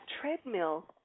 treadmill